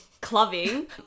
clubbing